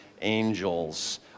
angels